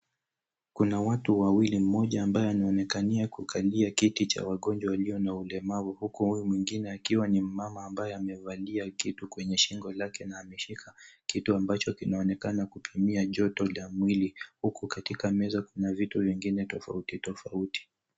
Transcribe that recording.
Kuna watu wawili, mmoja ambaye anaonekana kukalia kiti cha wagonjwa walio na ulemavu, huku huyu mwingine akiwa ni mama aliyevalia kitu kwenye shingo lake na ameshika kitu ambacho kinaonekana kupimia joto la mwili, huku katika meza kuna vitu vingine tofauti tofauti.